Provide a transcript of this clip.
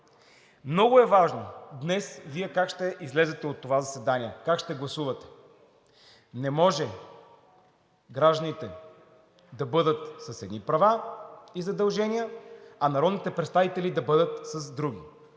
Много важно е днес Вие как ще излезете от това заседание – как ще гласувате. Не може гражданите да бъдат с едни права и задължения, а народните представители да бъдат с други.